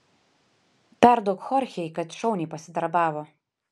perduok chorchei kad šauniai pasidarbavo